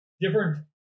different